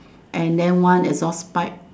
and then one exhaust pipe